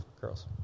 girls